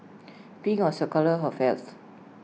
pink was A colour for health